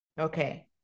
Okay